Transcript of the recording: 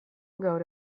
gaur